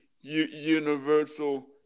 Universal